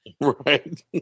right